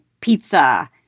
pizza